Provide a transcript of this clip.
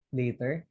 later